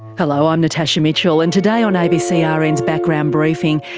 hello, i'm natasha mitchell, and today on abc ah rn's background briefing,